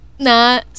Na